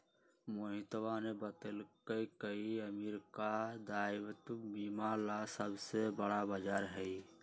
मोहितवा ने बतल कई की अमेरिका दायित्व बीमा ला सबसे बड़ा बाजार हई